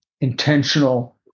intentional